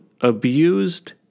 abused